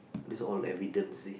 these all evidence see